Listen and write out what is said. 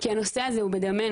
כי הנושא הזה בדמנו.